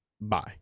Bye